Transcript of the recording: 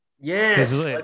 Yes